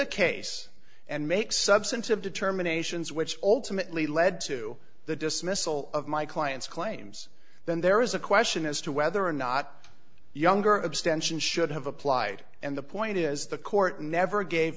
a case and make substantive determinations which ultimately led to the dismissal of my client's claims then there is a question as to whether or not younger abstention should have applied and the point is the court never gave